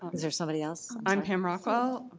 is there somebody else? i'm pam rockwell.